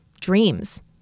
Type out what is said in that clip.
dreams